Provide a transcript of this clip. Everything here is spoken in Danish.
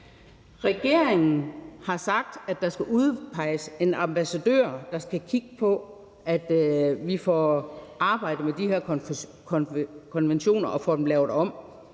Regeringen har sagt, at der skal udpeges en ambassadør, der skal kigge på, at vi får arbejdet med de her konventioner og får dem lavet om.